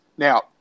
Now